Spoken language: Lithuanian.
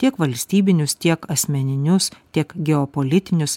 tiek valstybinius tiek asmeninius tiek geopolitinius